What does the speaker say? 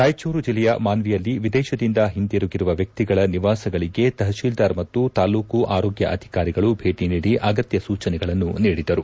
ರಾಯಚೂರು ಜಿಲ್ಲೆಯ ಮಾನ್ವಿಯಲ್ಲಿ ವಿದೇಶದಿಂದ ಹಿಂದಿರುಗಿರುವ ವ್ಯಕ್ತಿಗಳ ನಿವಾಸಗಳಿಗೆ ತಹಸಿಲ್ದಾರ್ ಮತ್ತು ತಾಲೂಕು ಆರೋಗ್ಯ ಅಧಿಕಾರಿಗಳು ಭೇಟಿ ನೀಡಿ ಅಗತ್ಯ ಸೂಚನೆಗಳನ್ನು ನೀಡಿದರು